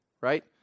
right